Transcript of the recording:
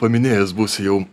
paminėjęs būsiu jau